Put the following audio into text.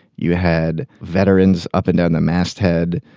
you had veterans up and down the masthead.